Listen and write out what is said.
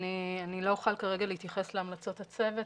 אני לא אוכל כרגע להתייחס להמלצות הצוות,